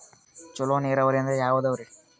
ಚಲೋ ನೀರಾವರಿ ಅಂದ್ರ ಯಾವದದರಿ?